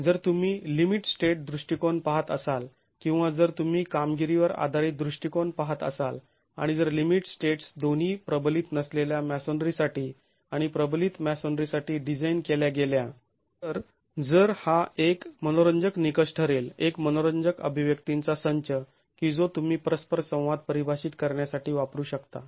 तर जर तुम्ही लिमिट स्टेट दृष्टिकोन पाहत असाल किंवा जर तुम्ही कामगिरीवर आधारित दृष्टिकोन पाहत असाल आणि जर लिमिट स्टेट्स दोन्ही प्रबलित नसलेल्या मॅसोनरीसाठी आणि प्रबलित मॅसोनरीसाठी डिझाईन केल्या गेल्या तर जर हा एक मनोरंजक निकष ठरेल एक मनोरंजक अभिव्यक्तींचा संच की जो तुम्ही परस्पर संवाद परिभाषित करण्यासाठी वापरू शकता